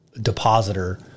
depositor